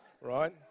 right